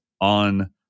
on